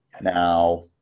Now